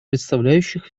представляющих